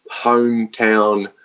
hometown